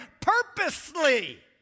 purposely